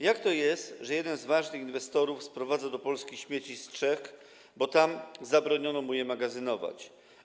Jak to jest, że jeden z ważnych inwestorów sprowadza do Polski śmieci z Czech, bo tam zabroniono mu je magazynować?